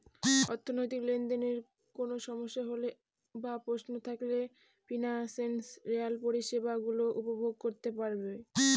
অর্থনৈতিক লেনদেনে কোন সমস্যা হলে বা প্রশ্ন থাকলে ফিনান্সিয়াল পরিষেবা গুলো উপভোগ করতে পারবো